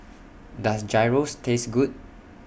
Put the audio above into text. Does Gyros Taste Good